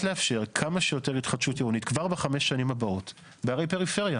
לאפשר כמה שיותר התחדשות עירונית כבר בחמש שנים הבאות בערי פריפריה,